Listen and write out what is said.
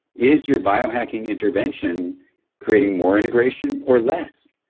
is your biohacking intervention creating more integration or less?